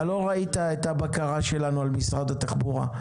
אתה לא ראית את הבקרה שלנו על משרד התחבורה.